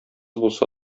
булса